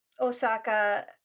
Osaka